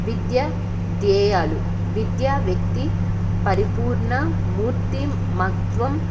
విద్యా ధ్యేయాలు విద్య వ్యక్తి పరిపూర్ణ మూర్తిమత్వం